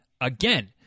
again